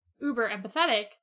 uber-empathetic